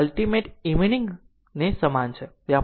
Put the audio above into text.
તેથી ultimate meaning સમાન છે